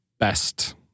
best